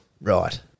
Right